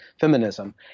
feminism